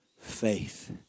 Faith